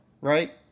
right